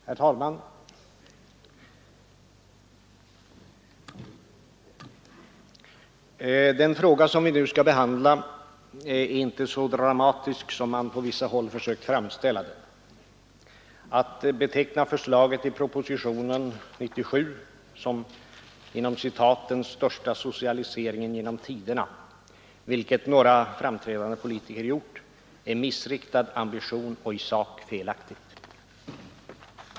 Herr talman! Den fråga som vi nu skall behandla är inte så dramatisk som man på vissa håll försökt framställa den. Att beteckna förslaget i propositionen 97 som ”den största socialiseringen genom tiderna”, vilket några framträdande politiker gjort, är missriktad ambition och i sak felaktigt.